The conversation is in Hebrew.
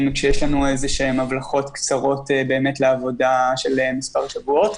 יש לנו הבלחות קצרות לעבודה של מספר שבועות.